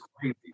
crazy